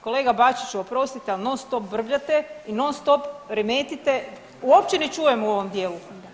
Kolega Bačiću, oprostite ali non stop brbljate i non stope remetite, uopće ne čujem u ovom dijelu.